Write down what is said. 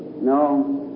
No